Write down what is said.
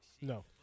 No